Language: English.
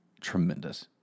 tremendous